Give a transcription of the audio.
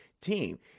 team